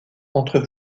entre